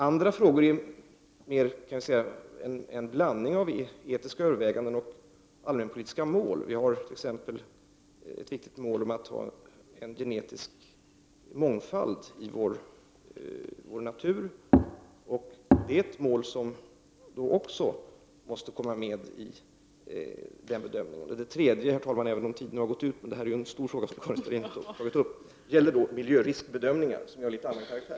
Andra frågor är mer en blandning av etiska överväganden och allmänpolitiska mål. Ett viktigt mål är t.ex. att ha en genetisk mångfald i vår natur. Detta är ett mål som också måste komma med i bedömningen. Min taletid håller på att gå ut, herr talman, men eftersom det är en stor fråga som Karin Starrin har tagit upp vill jag också nämna en tredje faktor som är viktig i sammanhanget, nämligen miljöriskbedömningar, som är av litet annan karaktär.